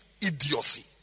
idiocy